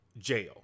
jail